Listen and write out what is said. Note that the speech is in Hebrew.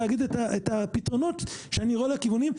להגיד את הפתרונות שאני רואה לכיוונים,